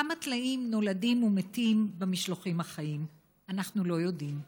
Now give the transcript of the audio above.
כמה טלאים נולדים ומתים במשלוחים החיים אנחנו לא יודעים,